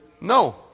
No